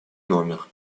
номер